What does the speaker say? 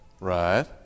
right